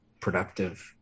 productive